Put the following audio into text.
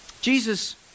Jesus